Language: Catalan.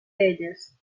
elles